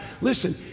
Listen